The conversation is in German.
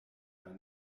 bei